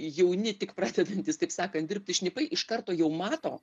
jauni tik pradedantys taip sakant dirbti šnipai iš karto jau mato